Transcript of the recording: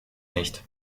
nicht